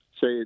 say